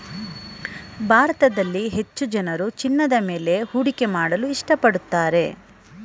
ಭಾರತದಲ್ಲಿ ಹೆಚ್ಚು ಜನರು ಚಿನ್ನದ ಮೇಲೆ ಹೂಡಿಕೆ ಮಾಡಲು ಇಷ್ಟಪಡುತ್ತಾರೆ